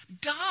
Duh